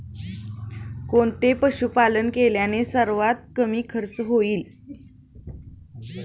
कोणते पशुपालन केल्याने सर्वात कमी खर्च होईल?